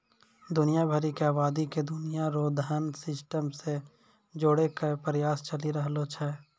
दुनिया भरी के आवादी के दुनिया रो धन सिस्टम से जोड़ेकै प्रयास चली रहलो छै